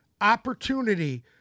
opportunity